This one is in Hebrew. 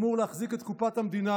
אמור להחזיק את קופת המדינה,